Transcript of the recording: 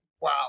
wow